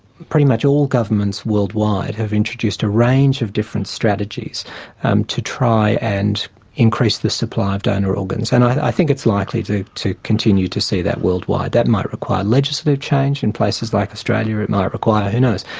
pretty much all governments worldwide have introduced a range of different strategies um to try and increase the supply of donor organs. and i think it's likely to to continue to see that worldwide that might require legislative change, in places like australia, it might require, who knows?